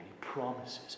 promises